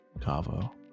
Cavo